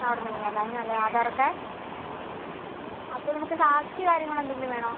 അവിടുന്ന് തന്നെയാണല്ലേ അതിനാണല്ലേ ആധാറൊക്കെ അപ്പോൾ നമുക്ക് സാക്ഷി കാര്യങ്ങളെന്തെങ്കിലും വേണോ